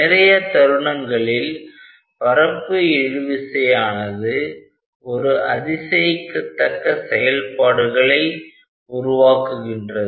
நிறைய தருணங்களில் பரப்பு இழு விசையானது ஒரு அதிசயிக்கத்தக்க செயல்பாடுகளை உருவாக்குகின்றது